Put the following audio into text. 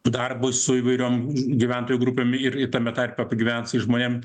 darbui su įvairiom gyventojų grupėm ir tame tarpe pagyvenusiais žmonėm